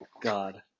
God